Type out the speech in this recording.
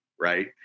right